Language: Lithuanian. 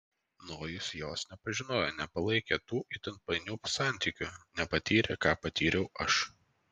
nojus jos nepažinojo nepalaikė tų itin painių santykių nepatyrė ką patyriau aš